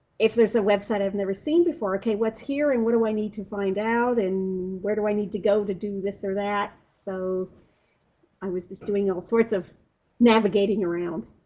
if there's a website i've never seen before. ok, what's here, and what do i need to find out? and where do i need to go to do this or that? so i was just doing all sorts of navigating around.